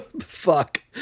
fuck